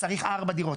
צריך ארבע דירות,